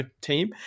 team